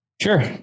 Sure